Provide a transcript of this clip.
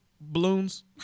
balloons